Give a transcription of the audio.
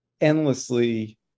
endlessly